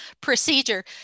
procedure